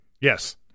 Yes